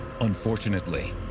Unfortunately